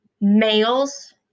males